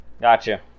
Gotcha